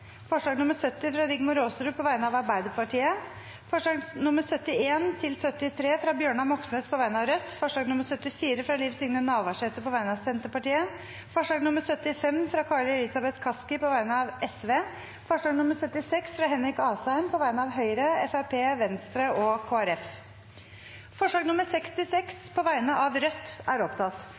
forslag nr. 70, fra Rigmor Aasrud på vegne av Arbeiderpartiet forslagene nr. 71–73, fra Bjørnar Moxnes på vegne av Rødt forslag nr. 74, fra Trygve Slagsvold Vedum på vegne av Senterpartiet forslag nr. 75, fra Kari Elisabeth Kaski på vegne av Sosialistisk Venstreparti forslag nr. 76, fra Henrik Asheim på vegne av Høyre, Fremskrittspartiet, Venstre og Kristelig Folkeparti Det voteres over forslag nr. 66, fra Rødt.